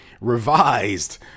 revised